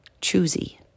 choosy